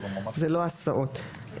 אלה לא הסעות.